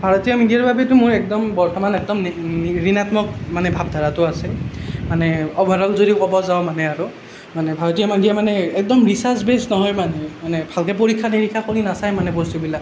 ভাৰতীয় মিডিয়াৰ বাবেতো মোৰ একদম বৰ্তমান একদম ঋণাত্মক মানে ভাৰতীয় মিডিয়াৰ বাবেতো মোৰ একদম বৰ্তমান একদম ঋণাত্মক মানে ভাৱধাৰাটো আছে মানে অভাৰঅ'ল যদিও ক'ব যাওঁ মানে আৰু মানে ভাৰতীয় মিডিয়া মানে একদম ৰিচাৰ্চ বেচ নহয় মানে মানে ভালকৈ পৰীক্ষা নিৰীক্ষা কৰি নাচায় মানে বস্তুবিলাক